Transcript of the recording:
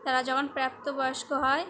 তারা যখন প্রাপ্তবয়স্ক হয়